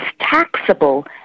taxable